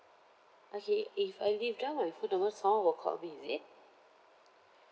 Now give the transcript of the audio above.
okay if I leave down my phone number someone will call me is it